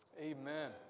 Amen